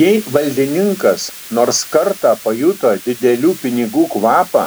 jei valdininkas nors kartą pajuto didelių pinigų kvapą